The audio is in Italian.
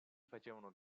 facevano